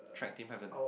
track team haven't